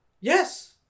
Yes